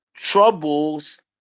troubles